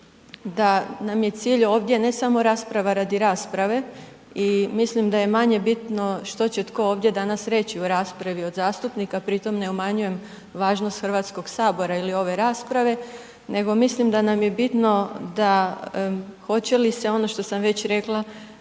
da nam je cilj ovdje, ne samo rasprava radi rasprave i mislim da je manje bitno što će tko ovdje danas reći u raspravu od zastupnika. Pritom ne umanjujem važnost HS-a ili ove rasprave, nego mislim da nam je bitno da hoće li se ono što sam već rekla,